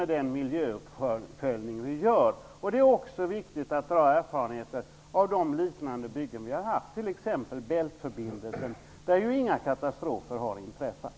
Den miljöuppföljning vi gör är viktig. Det är också viktigt att dra erfarenheter av de liknande byggen vi har haft, t.ex. bält-förbindelsen där ju inga katastrofer har inträffat.